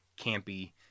campy